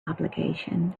obligation